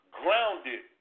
grounded